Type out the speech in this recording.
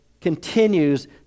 continues